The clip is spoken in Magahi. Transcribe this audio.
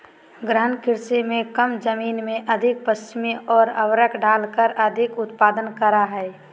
गहन कृषि में कम जमीन में अधिक परिश्रम और उर्वरक डालकर अधिक उत्पादन करा हइ